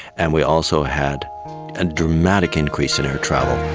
and we also had a dramatic increase in air travel.